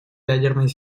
ядерной